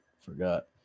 forgot